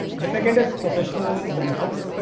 the second is professional benefits.